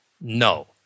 No